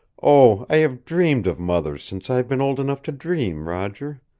oh, i have dreamed of mothers since i have been old enough to dream, roger!